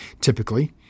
typically